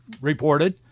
reported